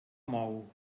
mou